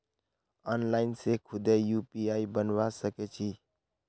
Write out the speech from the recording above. online से खुदे UPI बनवा सक छी